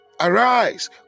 Arise